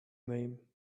name